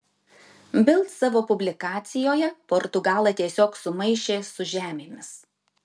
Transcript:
bild savo publikacijoje portugalą tiesiog sumaišė su žemėmis